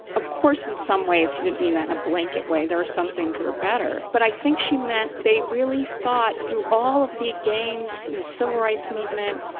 of course, in some ways, she didn't mean that in a blanket way. there are some things that are better. but i think she meant they really thought through all of the gains in the civil rights movement,